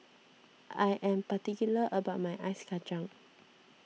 I am particular about my Ice Kacang